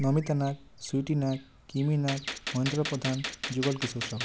Namita Nag Sweety Nag Kimi Nag Mahendra Pradhan Jugal Kishore Sahu